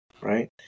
right